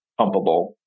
pumpable